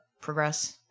Progress